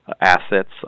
assets